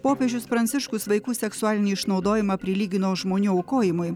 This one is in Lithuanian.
popiežius pranciškus vaikų seksualinį išnaudojimą prilygino žmonių aukojimui